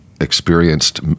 experienced